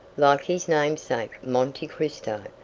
like his namesake, monte cristo,